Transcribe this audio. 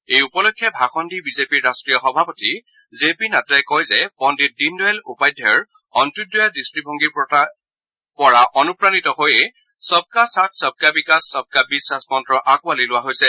এই উপলক্ষে ভাষণ দি বিজেপিৰ ৰাষ্টীয় সভাপতি জে পি নচ্ডাই কয় যে পণ্ডিত দীন দয়াল উপাধ্যায়ৰ অন্ত্যোদ্যয়া দৃষ্টিভংগীৰ পৰা অনুপ্ৰাণিত হৈয়ে সবকা সাথ সবকা বিকাশ সবকা বিশ্বাস মন্ত্ৰ আঁকোৱালি লোৱা হৈছে